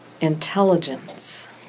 intelligence